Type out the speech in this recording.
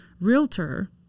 Realtor